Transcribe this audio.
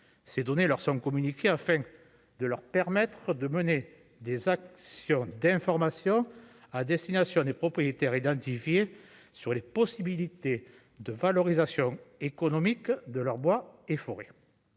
c'est donner leur sang communiqué afin de leur permettre de mener des actes sur d'information à destination des propriétaires identifiés sur les possibilités de valorisation économique de leur bois et forêts